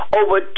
over